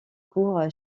cours